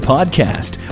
Podcast